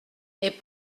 est